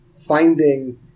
finding